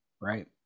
right